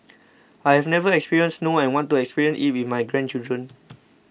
I have never experienced snow and want to experience it with my grandchildren